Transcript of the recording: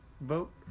vote